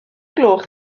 gloch